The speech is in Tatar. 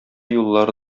юллары